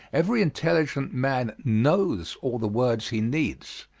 every intelligent man knows all the words he needs,